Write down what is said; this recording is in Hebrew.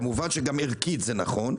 וכמובן שגם ערכית זה נכון,